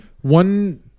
One